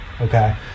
okay